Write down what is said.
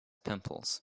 pimples